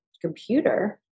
computer